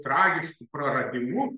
tragišku praradimu